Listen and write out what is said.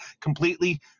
completely